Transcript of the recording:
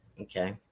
Okay